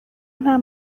nta